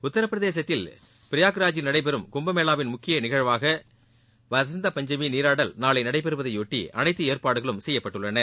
உத்தரப்பிரதேசத்தில் பிரயாக் ராஜ்ஜில் நடைபெறும் கும்பமேளாவின் முக்கியநிகழ்வாக வகந்த பஞ்சமிநீராடல் நாளைநடைபெறுவதையொட்டி அனைத்துஏற்பாடுகளும் செய்யப்பட்டுள்ளன